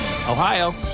Ohio